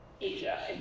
Asia